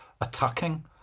attacking